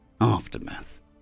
Aftermath